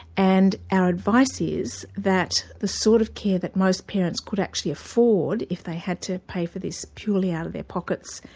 and our advice is that the sort of care that most parents could actually afford, if they had to pay for this purely out of their pockets,